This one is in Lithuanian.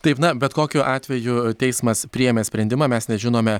taip na bet kokiu atveju teismas priėmė sprendimą mes nežinome